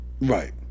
Right